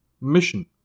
Mission